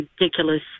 ridiculous